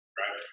right